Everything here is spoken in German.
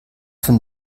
von